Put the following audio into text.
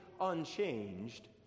unchanged